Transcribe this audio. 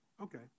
okay